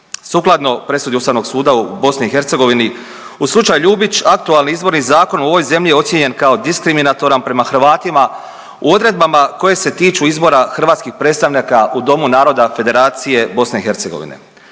sukladno presudi Ustavnog suda u BiH u slučaju Ljubić aktualni Izborni zakon u ovoj zemlji je ocijenjen kao diskriminatoran prema Hrvatima u odredbama koje se tiču izbora hrvatskih predstavnika u Domu naroda Federacije BiH.